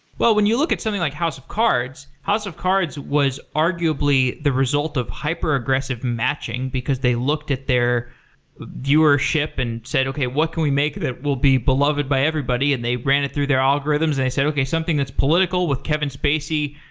but when you look at something like house of cards, house of cards was arguably the result of hyper aggressive matching, because they looked at their viewership and said, okay. what can we make that will be beloved by everybody? and they ran it through their algorithms and they said, okay. something that's political with kevin spacey,